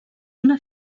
una